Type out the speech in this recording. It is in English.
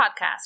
podcast